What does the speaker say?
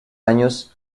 años